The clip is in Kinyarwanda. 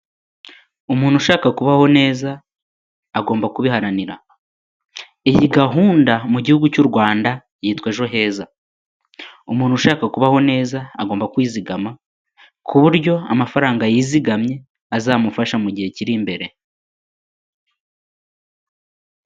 Umuntu ushaka kubaho neza agomba kubiharanira, iyi gahunda mu gihugu cy'u Rwanda yitwa Ejo heza, umuntu ushaka kubaho neza agomba kwizigama, ku buryo amafaranga yizigamye azamufasha mu gihe kiri imbere.